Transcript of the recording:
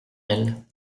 elle